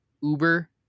Uber